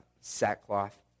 sackcloth